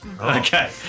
Okay